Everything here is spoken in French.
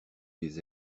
des